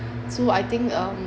so I think um